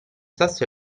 sasso